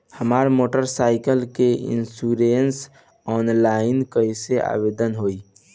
हमार motor cycle के इन्शुरन्सऑनलाइन कईसे आवेदन होई?